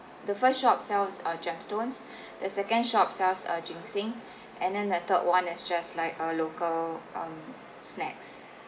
the first shop sells uh gemstones the second shop sells uh ginseng and then the third [one] is just like a local um snacks